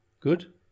Good